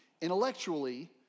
intellectually